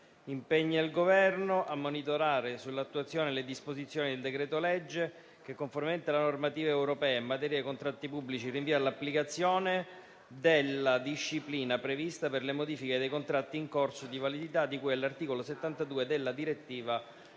«impegna il Governo a monitorare sull'attuazione delle disposizioni del decreto-legge che, conformemente alla normativa europea in materia di contratti pubblici, rinvia all'applicazione della disciplina prevista per le modifiche dei contratti in corso di validità di cui all'articolo 72 della direttiva